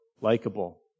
likable